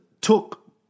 took